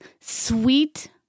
sweet